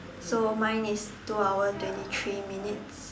so mine is two hour twenty three minutes